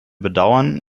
bedauern